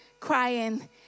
crying